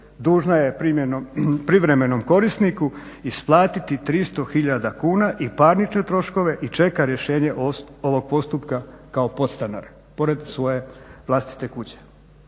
dužna je privremenom korisniku isplatiti 300 hiljada kuna i parnične troškove i čeka rješenje ovog postupka kao podstanar pored svoje vlastite kuće.